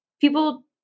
people